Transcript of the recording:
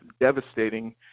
devastating